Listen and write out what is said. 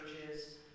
churches